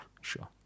sure